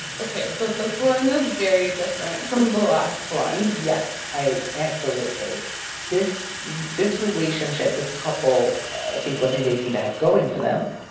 ok, so this one is very different from the last one yes, i absolutely this this relationship, this couple. i think one thing they seem to have going for them,